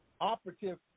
operative